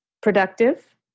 Productive